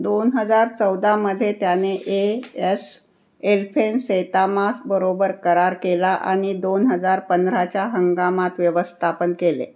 दोन हजार चौदामध्ये त्याने ए एस एल्फेन सेतामाबरोबर करार केला आणि दोन हजार पंधराच्या हंगामात व्यवस्थापन केले